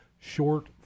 short